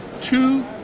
two